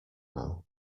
now